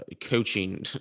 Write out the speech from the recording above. coaching